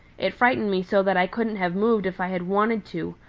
it frightened me so that i couldn't have moved if i had wanted to,